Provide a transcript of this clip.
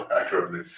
accurately